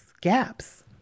gaps